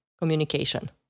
communication